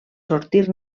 sortir